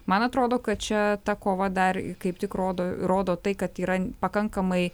man atrodo kad čia ta kova dar kaip tik rodo rodo tai kad yra pakankamai